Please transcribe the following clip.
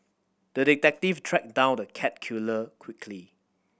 the detective tracked down the cat killer quickly